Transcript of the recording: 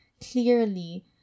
clearly